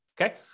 okay